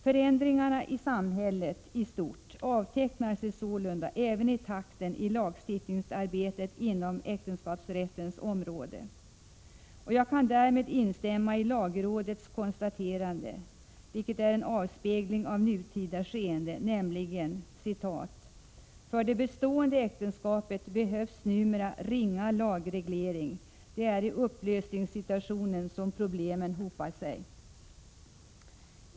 Förändringarna i samhället i stort avtecknar sig sålunda även i takten i lagstiftningsarbetet inom äktenskapsrättens område. Jag kan därmed instämma i lagrådets konstaterande, vilket är en avspegling av nutida skeende, nämligen att för det bestående äktenskapet behövs numera ringa lagreglering — det är i upplösningssituationen som problemen hopar sig.